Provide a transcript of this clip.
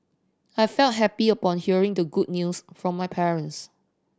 I felt happy upon hearing the good news from my parents